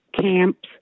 camps